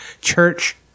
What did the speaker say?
church